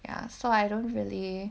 ya so I don't really